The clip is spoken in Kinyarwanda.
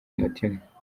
umutima